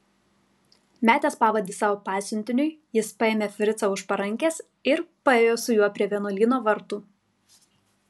metęs pavadį savo pasiuntiniui jis paėmė fricą už parankės ir paėjo su juo prie vienuolyno vartų